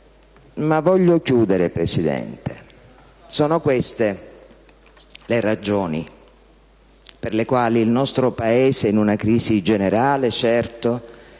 ma voglio chiudere, Presidente. Sono queste le ragioni per le quali il nostro Paese in una crisi generale, certo,